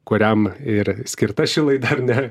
kuriam ir skirta ši laida ar ne